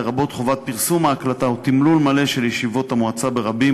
לרבות חובת פרסום ההקלטה ותמלול של ישיבות המועצה ברבים,